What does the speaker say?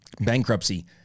bankruptcy